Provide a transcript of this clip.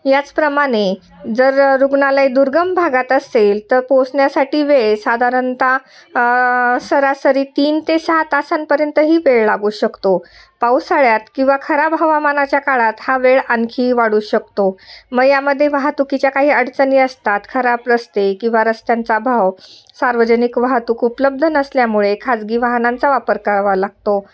याचप्रमाणे जर रुग्णालय दुर्गम भागात असेल तर पोचण्यासाठी वेळ साधारणताः सरासरी तीन ते सहा तासांपर्यंतही वेळ लागू शकतो पावसाळ्यात किंवा खराब हवामानाच्या काळात हा वेळ आणनखी वाढू शकतो मग यामध्ये वाहतुकीच्या काही अडचणी असतात खराब रस्ते किंवा रस्त्यांचा भाव सार्वजनिक वाहतूक उपलब्ध नसल्यामुळे खाजगी वाहनांचा वापर करावा लागतो